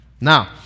Now